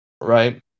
right